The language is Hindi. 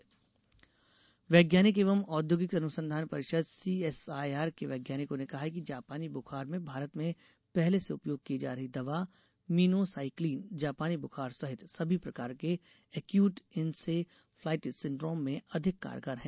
जापानी बुखार वैज्ञानिक एवं औद्योगिक अनुसंधान परिषद सीएसआईआर के वैज्ञानिकों ने कहा है कि जापानी ब्रखार में भारत में पहले से उपयोग की जा रही दवा मीनो साइक्लिन जापानी ब्रखार सहित सभी प्रकार के अक्यूट इंसेफलाइटिस सिंड्रोम में अधिक कारगर है